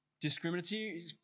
discriminatory